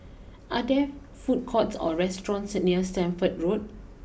are there food courts or restaurants near Stamford Road